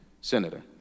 Senator